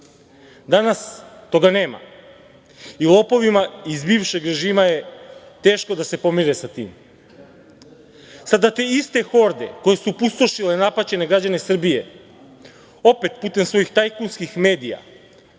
toga nema i lopovima iz bivšeg režima je teško da se pomire sa tim. Sada te iste horde koje su pustošile napaćene građane Srbije opet putem svojih tajkunskih medija,